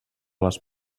les